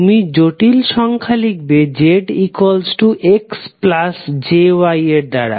তুমি জটিল সংখ্যা লিখবে zxjy এর দ্বারা